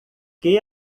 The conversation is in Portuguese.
que